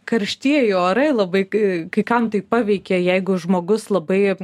karštieji orai labai kai kai kam tai paveikia jeigu žmogus labai